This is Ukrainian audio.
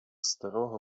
старого